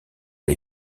les